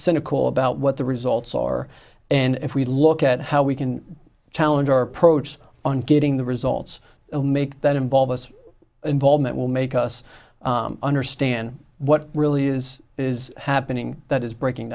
cynical about what the results or and if we look at how we can challenge our approach on getting the results will make that involve us involvement will make us understand what really is is happening that is breaking